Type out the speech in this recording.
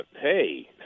Hey